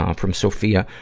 um from sophia,